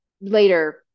later